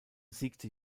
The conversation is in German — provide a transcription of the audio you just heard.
siegte